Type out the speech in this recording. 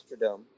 Astrodome